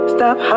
Stop